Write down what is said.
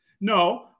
no